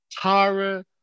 Tara